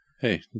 Hey